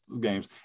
games